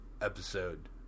episode